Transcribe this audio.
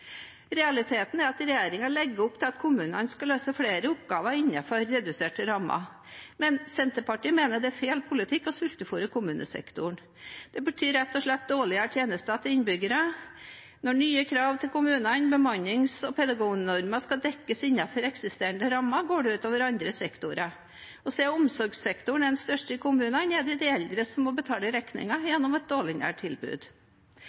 Realiteten er at regjeringen legger opp til at kommunene skal løse flere oppgaver innenfor reduserte rammer. Senterpartiet mener det er feil politikk å sultefôre kommunesektoren. Det betyr rett og slett dårligere tjenester til innbyggerne. Når nye krav til kommunene, som bemannings- og pedagognormer, skal dekkes innenfor eksisterende rammer, går det ut over andre sektorer. Siden omsorgssektoren er den største i kommunene, er det de eldre som må betale regningen gjennom et dårligere tilbud.